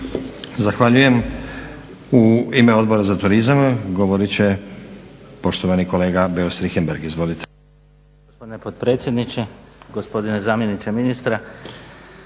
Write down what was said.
Zahvaljujem. U ime Odbora za turizam govorit će poštovani kolega Beus-Richembergh. Izvolite.